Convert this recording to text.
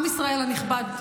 עם ישראל הנכבד,